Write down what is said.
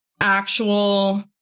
actual